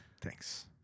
Thanks